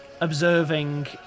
observing